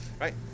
Right